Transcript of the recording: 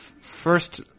first